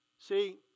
See